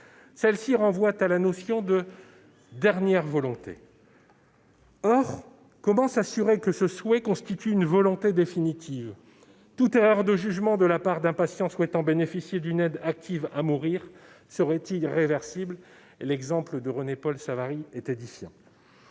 Celle-ci renvoie à la notion de « dernière volonté ». Or comment s'assurer que ce souhait constitue une volonté définitive ? Toute erreur de jugement de la part d'un patient souhaitant bénéficier d'une aide active à mourir serait irréversible. À cet égard, l'exemple évoqué par René-Paul Savary est édifiant.